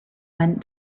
went